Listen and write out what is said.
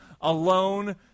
alone